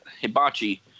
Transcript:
Hibachi